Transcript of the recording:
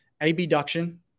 abduction